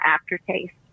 aftertaste